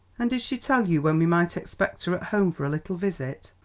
and did she tell you when we might expect her at home for a little visit?